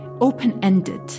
open-ended